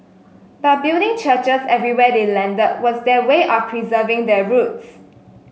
but building churches everywhere they landed was their way of preserving their roots